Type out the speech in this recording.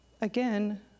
again